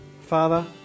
Father